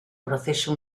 proceso